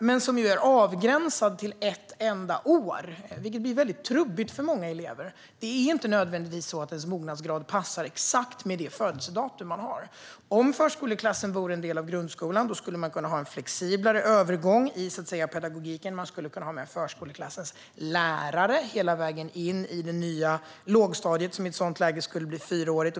Men den är avgränsad till ett enda år, vilket blir trubbigt för många elever. Det är inte nödvändigtvis så att ens mognadsgrad passar exakt ihop med det födelsedatum man har. Om förskoleklassen vore en del av grundskolan skulle man kunna ha en flexiblare övergång i pedagogiken. Man skulle kunna ha med förskoleklassens lärare hela vägen in i det nya lågstadiet, som i ett sådant läge skulle bli fyraårigt.